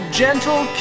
gentle